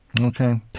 Okay